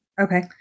Okay